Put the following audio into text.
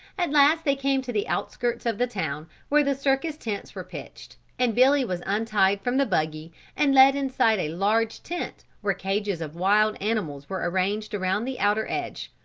at last they came to the outskirts of the town, where the circus tents were pitched, and billy was untied from the buggy and led inside a large tent where cages of wild animals were arranged around the outer edge,